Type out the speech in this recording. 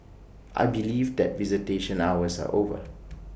I believe that visitation hours are over